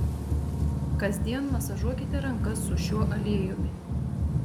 kasdien masažuokite rankas su šiuo aliejumi